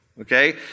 Okay